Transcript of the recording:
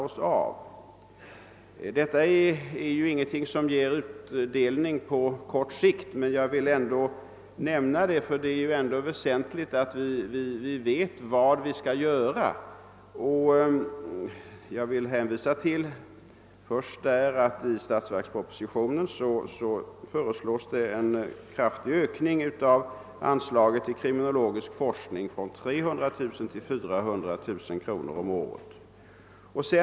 Forskningen är ingenting som ger utdelning på kort sikt, men jag vill nämna det eftersom det är väsentligt att vi vet vad vi skall göra. Jag vill hänvisa till att det i statsverkspropositionen föreslås en kraftig ökning av anslaget till kriminologisk forskning, från 300000 till 400 000 kronor om året.